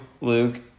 Luke